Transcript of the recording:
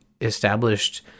established